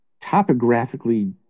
topographically